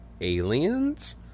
aliens